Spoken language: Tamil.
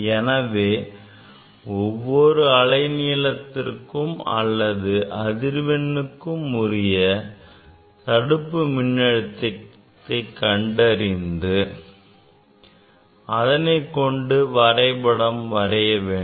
எனவே ஒவ்வொரு அலை நீளத்திற்கும் அல்லது அதிர்வெண்ணுக்கும் உரிய தடுப்பு மின்னழுத்தத்தை கண்டறிந்து அதனைக்கொண்டு வரைபடம் வரைய வேண்டும்